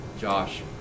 Josh